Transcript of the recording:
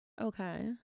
Okay